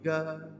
God